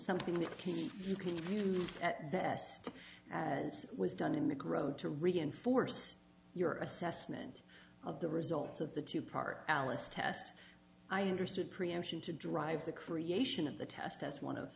something that you can at best as was done in the grove to reinforce your assessment of the results of the two part alice test i understood preemption to drive the creation of the test as one of